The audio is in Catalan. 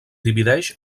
divideix